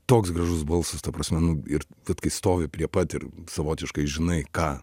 toks gražus balsas ta prasme nu ir kai stovi prie pat ir savotiškai žinai ką